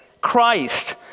Christ